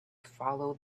follow